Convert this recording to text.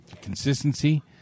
consistency